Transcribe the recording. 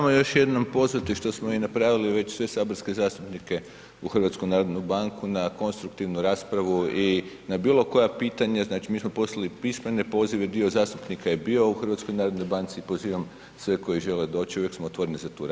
Mogu vas samo još jednom pozvati što smo i napravili već sve saborske zastupnike u HNB na konstruktivnu raspravu i na bilo koja pitanja, znači mi smo poslali pismene pozive, dio zastupnika je bio u HNB-u i pozivam sve koji žele doći, uvijek smo otvoreni za tu raspravu.